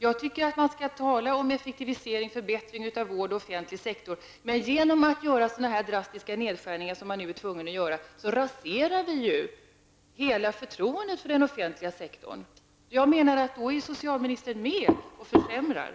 Jag tycker att man skall tala för en effektivisering och förbättring av vård och offentlig sektor, men genom sådana drastiska nedskärningar som man nu är tvungen att göra raserar man hela förtroendet för den offentliga sektorn. Jag menar att socialministern då bidrar till en försämring.